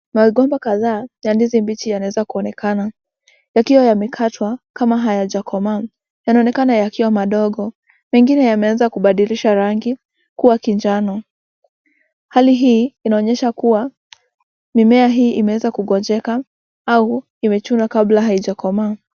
Magomba kadhaa ya ndizi mbichi yanaweza kuonekana yakiwa yamekatwa kama hayajakomaa. Yanaonekana yakiwa madogo pengine yameanza kubadilisha rangi kuwa kijano. Hali hii inaonyesha kuwa mimea hii imeweza kugonjeka au imechunwa kabla haijakomaa.